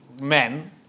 men